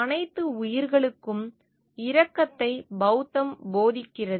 அனைத்து உயிர்களுக்கும் இரக்கத்தை பௌத்தம் போதிக்கிறது